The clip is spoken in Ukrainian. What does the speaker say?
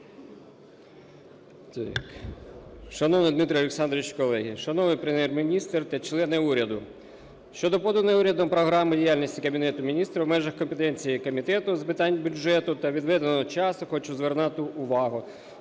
Шановний Дмитро Олександрович, колеги! Шановний Прем'єр-міністр та члени уряду! Щодо поданої урядом Програми діяльності Кабінету Міністрів в межах компетенції Комітету з питань бюджету та відведеного часу хочу звернути увагу,